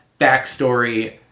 backstory